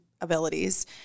abilities